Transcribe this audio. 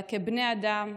אלא כבני אדם,